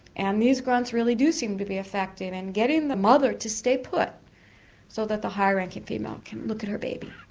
and these grunts really do seem to be effective in and getting the mother to stay put so that the higher-ranking female can look at her baby.